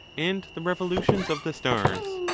and the revolutions of the stars.